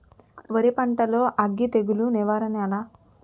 వరి పంటలో అగ్గి తెగులు నివారణ ఏంటి?